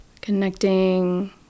connecting